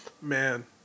Man